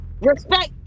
Respect